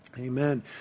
Amen